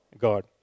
God